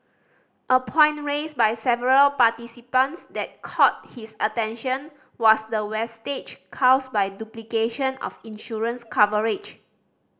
a point raised by several participants that caught his attention was the wastage caused by duplication of insurance coverage